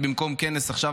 חבר הכנסת